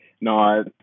No